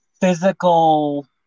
physical